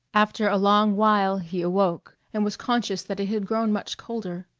after a long while he awoke and was conscious that it had grown much colder.